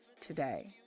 today